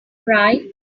cry